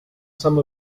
some